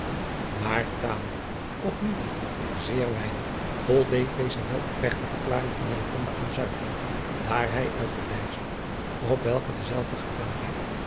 aar tamelijk of liever zeer weinig voldeed deze wel opregte verklaring van aan daar hij uit de wijze op welke dezelve gedaan werd